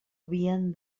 havien